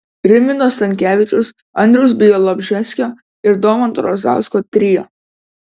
rimvydo stankevičiaus andriaus bialobžeskio ir domanto razausko trio